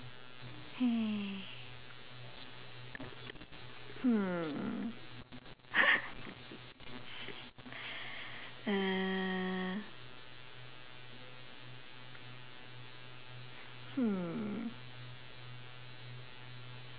hmm mm hmm